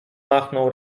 machnął